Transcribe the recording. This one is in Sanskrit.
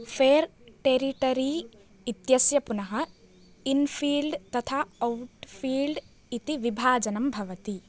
फ़ेर् टेरिटरी इत्यस्य पुनः इन्फ़ील्ड् तथा औट्फ़ील्ड् इति विभाजनं भवति